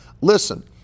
listen